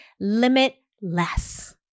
limitless